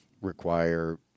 require